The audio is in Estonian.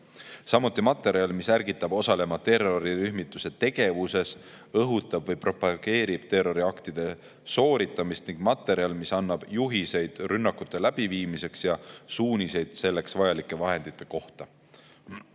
samuti materjal, mis ärgitab osalema terrorirühmituse tegevuses, õhutab või propageerib terroriaktide sooritamist, ning materjal, mis annab juhiseid rünnakute läbiviimiseks ja suuniseid selleks vajalike vahendite kohta.